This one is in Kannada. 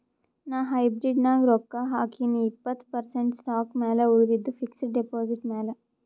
ನಾ ಹೈಬ್ರಿಡ್ ನಾಗ್ ರೊಕ್ಕಾ ಹಾಕಿನೀ ಇಪ್ಪತ್ತ್ ಪರ್ಸೆಂಟ್ ಸ್ಟಾಕ್ ಮ್ಯಾಲ ಉಳಿದಿದ್ದು ಫಿಕ್ಸಡ್ ಡೆಪಾಸಿಟ್ ಮ್ಯಾಲ